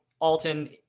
Alton